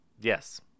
Yes